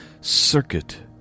circuit